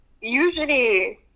usually